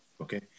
Okay